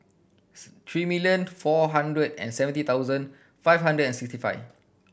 three million four hundred and seventy thousand five hundred and sixty five